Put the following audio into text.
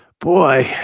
Boy